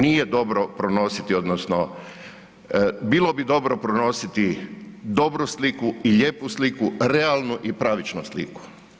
Nije dobro pronositi odnosno bilo bi dobro pronositi dobru sliku i lijepu sliku, realnu i pravičnu sliku.